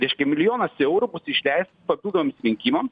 reiškia milijonas eurų bus išleistas papildomiems rinkimams